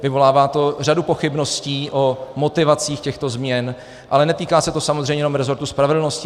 Vyvolává to řadu pochybností o motivacích těchto změn, ale netýká se to samozřejmě jenom rezortu spravedlnosti.